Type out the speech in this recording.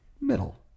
middle